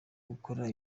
gukora